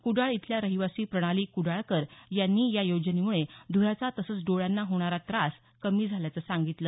कुडाळ इथल्या रहिवासी प्रणाली कुडाळकर यांनी या योजनेमुळे धुराचा तसंच डोळ्यांना होणारा त्रास कमी झाल्याचं सांगितलं